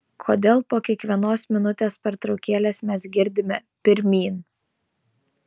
kodėl po kiekvienos minutės pertraukėlės mes girdime pirmyn